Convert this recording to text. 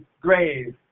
grave